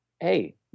hey